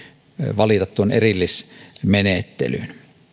valita tuon erillismenettelyn